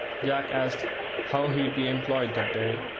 jack asked how he'd be employed that day.